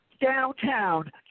downtown